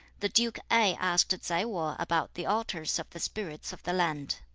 the duke ai asked tsai wo about the altars of the spirits of the land.